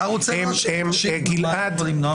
אתה רוצה להשיב, אני לא יכול למנוע ממך.